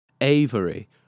Avery